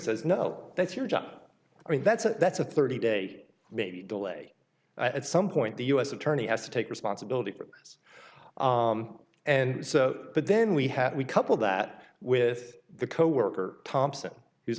says no that's your job i mean that's a that's a thirty day maybe delay at some point the u s attorney has to take responsibility for this and so but then we had we couple that with the coworker thompson